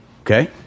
Okay